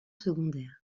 secondaire